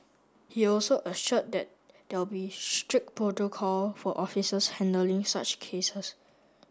he also assured that there will be strict protocol for officers handling such cases